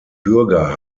bürger